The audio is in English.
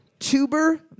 Tuber